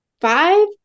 five